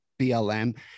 blm